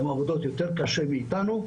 הן עובדות קשה יותר מאיתנו.